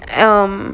um